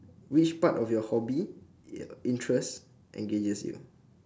which part of your hobby interest engages you